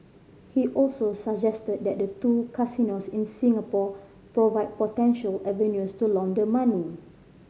he also suggested that the two casinos in Singapore provide potential avenues to launder money